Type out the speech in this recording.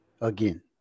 again